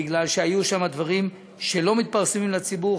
בגלל שהיו שם דברים שלא מתפרסמים לציבור.